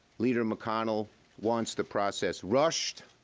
leader mcconnell once the process rushed,